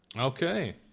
Okay